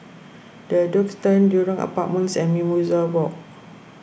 the Duxton Jurong Apartments and Mimosa Walk